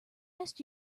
last